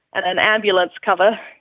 and ambulance cover,